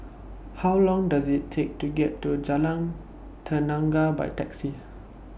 How Long Does IT Take to get to Jalan Tenaga By Taxi